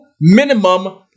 minimum